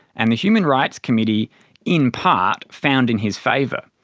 and the human rights committee in part found in his favour.